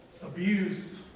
Abuse